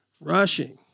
rushing